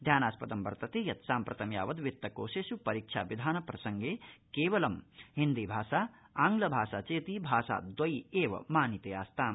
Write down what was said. ध्यानास्पदं वर्तते यत् साम्प्रतं यावद वित्तकोषेष् परीक्षा विधान प्रसंगे केवलं हिन्दीभाषा आंग्लाभाषा चेति भाषाद्वयी एव मानिते आस्ताम्